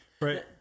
right